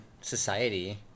society